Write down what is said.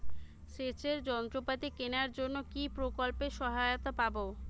সেচের যন্ত্রপাতি কেনার জন্য কি প্রকল্পে সহায়তা পাব?